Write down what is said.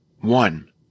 One